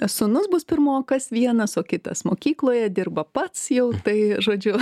sūnus bus pirmokas vienas o kitas mokykloje dirba pats jau tai žodžiu